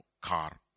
car